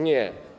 Nie.